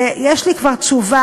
יש לי כבר תשובה,